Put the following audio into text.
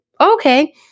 okay